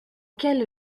quel